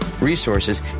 resources